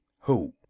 Who